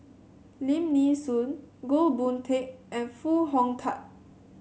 Lim Nee Soon Goh Boon Teck and Foo Hong Tatt